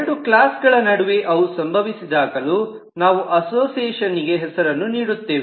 ಎರಡು ಕ್ಲಾಸ್ ಗಳ ನಡುವೆ ಅವು ಸಂಭವಿಸಿದಾಗಲೂ ನಾವು ಅಸೋಸಿಯೇಷನ್ನಿಗೆ ಹೆಸರನ್ನು ನೀಡುತ್ತೇವೆ